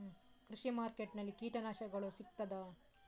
ಕೃಷಿಮಾರ್ಕೆಟ್ ನಲ್ಲಿ ಕೀಟನಾಶಕಗಳು ಸಿಗ್ತದಾ?